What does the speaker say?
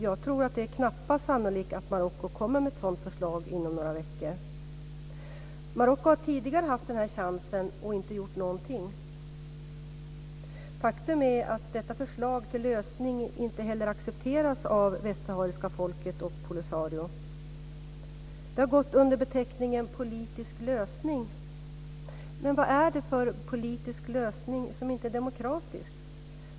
Jag tror knappast att det är sannolikt att man kommer med ett sådant förslag inom några veckor. Marocko har tidigare haft den här chansen och inte gjort någonting. Faktum är att detta förslag till lösning inte heller accepteras av det västsahariska folket och Polisario. Det har gått under beteckningen politisk lösning, men vad är det för politisk lösning som inte är demokratisk?